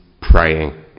praying